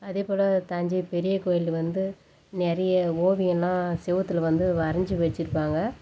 அதேபோல் தஞ்சை பெரிய கோயில் வந்து நிறைய ஓவியல்லாம் சுவுத்துல வந்து வரைஞ்சி வெச்சுருப்பாங்க